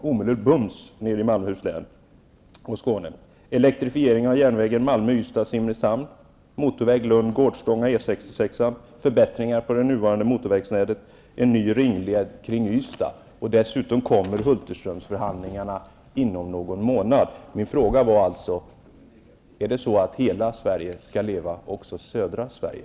Som litet hjälp kan jag tala om att det finns ett antal projekt som kan komma i gång omedelbums i Dessutom kommer Hulterströmsförhandlingarna inom någon månad. Min fråga var alltså: Är det så att hela Sverige skall leva, också södra Sverige?